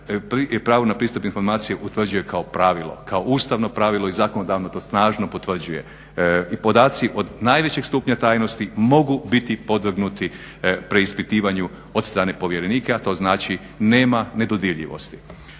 pravo na pristup informaciji utvrđuje kao pravilo, kao ustavno pravilo i zakonodavno, to snažno potvrđuje. I podaci od najvećeg stupnja tajnosti mogu biti podvrgnuti preispitivanju od strane povjerenika, to znači nema nedodirljivosti.